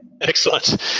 Excellent